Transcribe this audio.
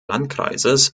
landkreises